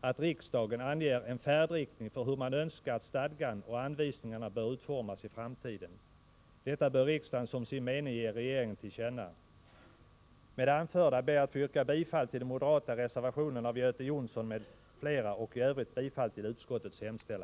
att riksdagen anger en färdriktning för hur man önskar att stadgan och anvisningarna bör utformas i framtiden. Detta bör riksdagen som sin mening ge regeringen till känna. Med det anförda ber jag att få yrka bifall till den moderata reservationen av Göte Jonsson m.fl. och i övrigt bifall till utskottets hemställan.